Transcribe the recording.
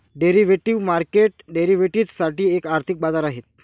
derivative market derivatives साठी एक आर्थिक बाजार आहे